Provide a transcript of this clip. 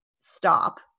stop